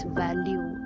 value